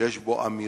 שיש בו אמירה,